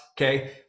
Okay